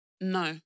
No